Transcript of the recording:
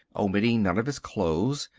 omitting none of his clothes,